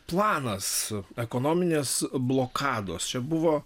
planas ekonominės blokados čia buvo